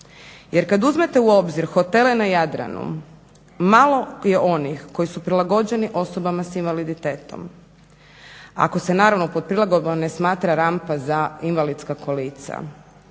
Jer kad uzmete u obzir hotele na Jadranu malo je onih koji su prilagođeni osobama s invaliditetom, ako se naravno pod prilagodbom ne smatra rampa za invalidska kolica.